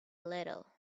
little